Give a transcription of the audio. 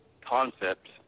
concept